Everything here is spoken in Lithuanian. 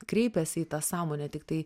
kreipiasi į tą sąmonę tiktai